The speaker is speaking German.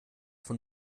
von